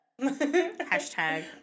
hashtag